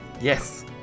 Yes